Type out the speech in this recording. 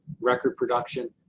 record production.